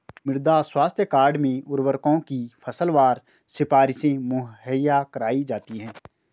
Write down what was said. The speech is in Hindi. मृदा स्वास्थ्य कार्ड में उर्वरकों की फसलवार सिफारिशें मुहैया कराई जाती है